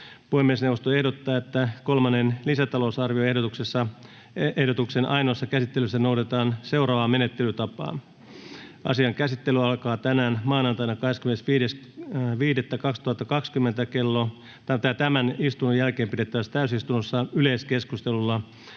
Puhemiesneuvosto ehdottaa, että kolmannen lisätalousarvioehdotuksen ainoassa käsittelyssä noudatetaan seuraavaa menettelytapaa: Asian käsittely alkaa tänään maanantaina 25.5.2020 tämän istunnon jälkeen pidettävässä täysistunnossa yleiskeskustelulla,